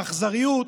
באכזריות.